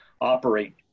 operate